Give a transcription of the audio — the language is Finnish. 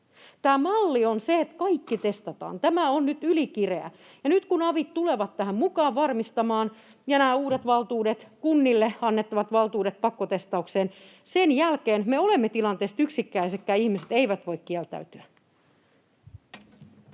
Tämä malli on se, että kaikki testataan. Tämä on nyt ylikireä. Ja nyt kun avit tulevat tähän mukaan varmistamaan ja tulevat nämä uudet valtuudet, kunnille annettavat valtuudet pakkotestaukseen, sen jälkeen me olemme tilanteessa, että yksittäisetkään ihmiset eivät voi kieltäytyä.